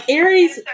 aries